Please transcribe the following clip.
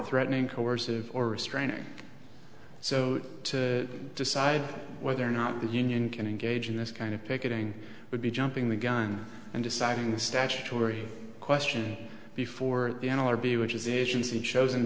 threatening coercive or restraining so to decide whether or not the union can engage in this kind of picketing would be jumping the gun and deciding the statutory question before the animal or b which is agency chosen